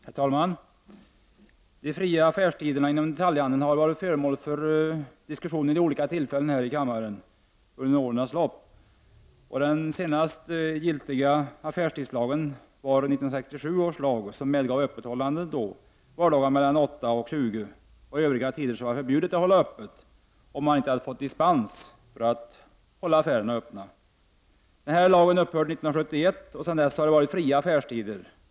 Herr talman! De fria affärstiderna inom detaljhandeln har ju varit föremål för diskussion vid olika tillfällen under årens lopp här i riksdagen. Senast giltiga affärstidslag var 1967 års lag, som då medgav öppethållande vardagar mellan kl. 08.00 och 22.00. Övriga tider var det förbjudet att hålla öppet om man inte hade dispens för att hålla affärerna öppna. Denna lag upphörde 1971, och sedan dess har det varit fria affärstider.